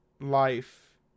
Life